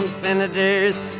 Senators